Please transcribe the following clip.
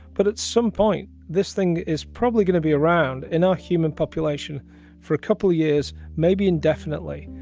but at some point this thing is probably going to be around in our human population for a couple years, maybe indefinitely.